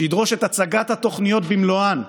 שידרוש את הצגת התוכניות במלואן,